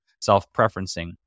self-preferencing